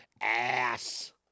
Ass